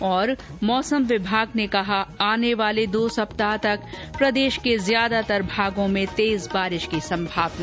्म मौसम विभाग ने कहा आने वाले दो सप्ताह तक प्रदेश के ज्यादातर भागों में तेज बारिश की संभावना